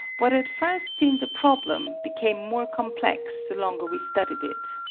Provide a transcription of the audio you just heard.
what at first seemed a problem became more complex the longer we studied it.